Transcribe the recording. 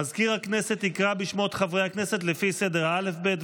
מזכיר הכנסת יקרא בשמות חברי הכנסת לפי סדר האל"ף-בי"ת,